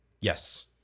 Yes